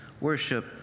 worship